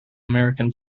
american